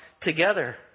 together